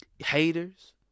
haters